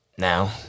Now